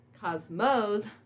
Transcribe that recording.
cosmo's